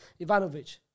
Ivanovic